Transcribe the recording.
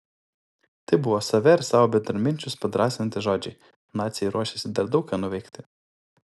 tai buvo save ir savo bendraminčius padrąsinantys žodžiai naciai ruošėsi dar daug ką nuveikti